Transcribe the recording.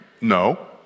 no